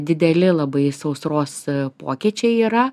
dideli labai sausros pokyčiai yra